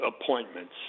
appointments